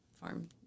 farm